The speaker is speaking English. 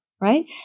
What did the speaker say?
right